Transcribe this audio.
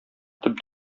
төп